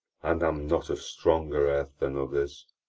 and am not of stronger earth than others